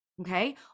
okay